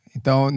Então